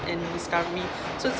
and discovery so